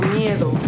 miedo